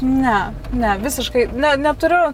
ne ne visiškai ne neturiu